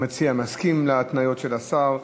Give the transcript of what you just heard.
המציע מסכים להתניות של השר.